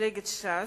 ממפלגת ש"ס,